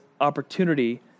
opportunity